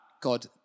God